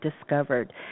discovered